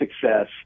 success